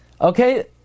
Okay